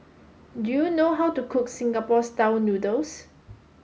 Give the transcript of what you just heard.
do you know how to cook Singapore style noodles